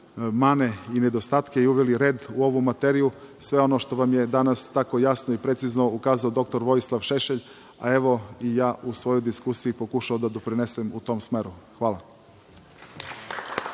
mane i nedostatke i uveli red u ovu materiju. Sve ono što vam je danas tako jasno i precizno ukazao dr Vojislav Šešelj, a evo i ja u svojoj diskusiji pokušao da doprinesem u tom smeru. Hvala.